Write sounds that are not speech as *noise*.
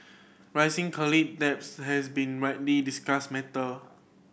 rising *unintelligible* debts has been widely discussed matter